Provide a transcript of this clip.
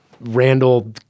Randall